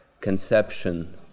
conception